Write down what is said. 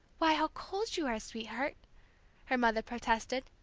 why, how cold you are, sweetheart! her mother protested,